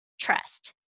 trust